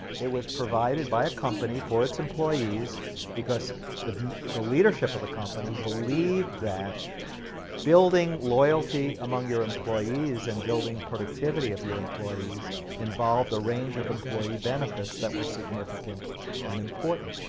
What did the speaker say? it was provided by a company for its employees because the the leadership of the company believed that building loyalty among your employees and building productivity of your employees involved a range of employee benefits that were significant and important.